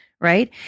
right